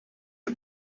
the